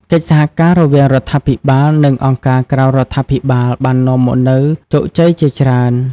កិច្ចសហការរវាងរដ្ឋាភិបាល និងអង្គការក្រៅរដ្ឋាភិបាលបាននាំមកនូវជោគជ័យជាច្រើន។